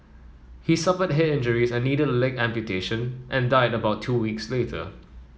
he suffered head injuries and needed a leg amputation and died about two weeks later